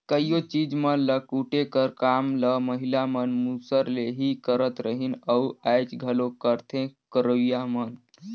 कइयो चीज मन ल कूटे कर काम ल महिला मन मूसर ले ही करत रहिन अउ आएज घलो करथे करोइया मन